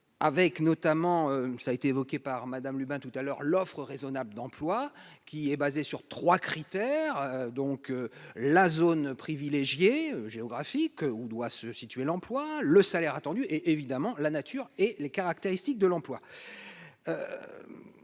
avec, notamment, ça a été évoqué par Madame Lubin tout à l'heure, l'offre raisonnable d'emploi qui est basée sur 3 critères donc la zone privilégiée géographique où doit se situer l'emploi le salaire attendu et, évidemment, la nature et les caractéristiques de l'emploi